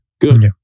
Good